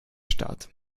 stadt